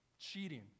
cheating